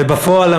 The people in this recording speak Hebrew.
ובפועל,